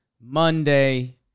Monday